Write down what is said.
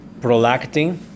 Prolactin